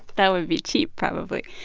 that would be cheap probably.